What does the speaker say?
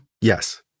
Yes